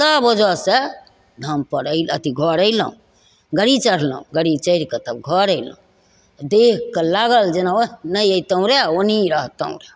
तब ओहिजे से धामपर एहि अथी घर अएलहुँ गाड़ी चढ़लहुँ गाड़ी चढ़िके तब घर अएलहुँ देखिके लागल जेना ओह नहि अएतहुँ रहै ओनहि रहितहुँ रहै